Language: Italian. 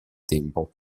tempo